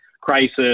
crisis